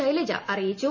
ശൈലജ അറിയിച്ചു